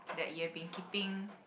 that you have been keeping